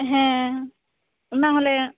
ᱦᱮᱸᱻ ᱚᱱᱟᱦᱚᱞᱮ